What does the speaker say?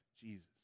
Jesus